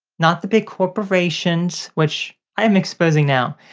not the big corporations which i am exposing now.